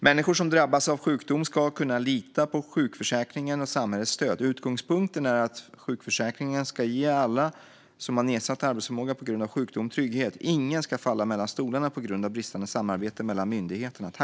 Människor som drabbas av sjukdom ska kunna lita på sjukförsäkringen och samhällets stöd. Utgångspunkten är att sjukförsäkringen ska ge alla som har nedsatt arbetsförmåga på grund av sjukdom trygghet. Ingen ska falla mellan stolarna på grund av bristande samarbete mellan myndigheterna.